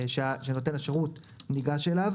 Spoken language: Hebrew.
שנותן השירות ניגש אליו.